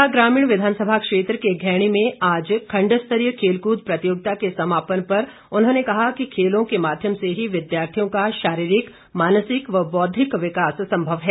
शिमला ग्रामीण विधानसभा क्षेत्र के घैणी में आज खंड स्तरीय खेलकूद प्रतियोगिता के समापन पर उन्होंने कहा कि खेलों के माध्यम से ही विद्यार्थियों का शारीरिक मानसिक व बौद्धिक विकास संभव है